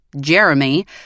Jeremy